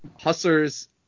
hustlers